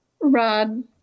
Rod